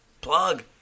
Plug